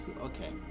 okay